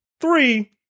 Three